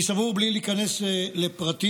אני סבור, בלי להיכנס לפרטים,